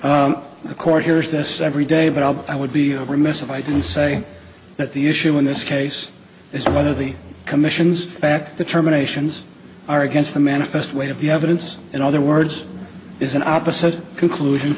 the court hears this every day but i would be remiss if i didn't say that the issue in this case is whether the commissions act determinations are against the manifest weight of the evidence in other words is an opposite conclusion